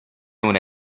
una